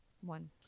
One